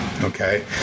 okay